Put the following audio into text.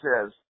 says